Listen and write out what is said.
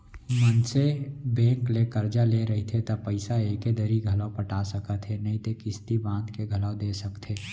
मनसे बेंक ले करजा ले रहिथे त पइसा एके दरी घलौ पटा सकत हे नइते किस्ती बांध के घलोक दे सकथे